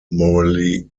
morally